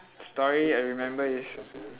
story I remember is